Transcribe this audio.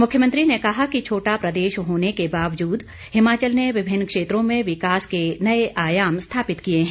मुख्यमंत्री ने कहा कि छोटा प्रदेश होने के बावजूद हिमाचल ने विभिन्न क्षेत्रों में विकास के नए आयाम स्थापित किए हैं